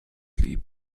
lieb